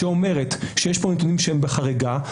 שאומרת שיש פה נתונים שהם בחריגה,